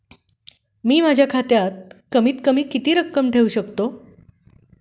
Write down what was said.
मी माझ्या खात्यात कमीत कमी किती रक्कम ठेऊ शकतो?